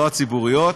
לא הציבוריות,